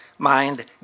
mind